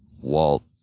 walt,